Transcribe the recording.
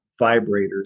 vibrators